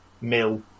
Mill